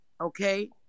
Okay